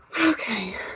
okay